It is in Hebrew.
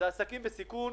זה עסקים בסיכון.